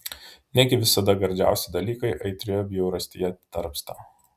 negi visada gardžiausi dalykai aitrioje bjaurastyje tarpsta